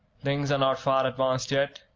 things are not far advanced yet,